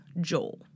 Joel